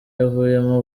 avuyemo